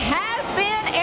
has-been